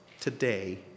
today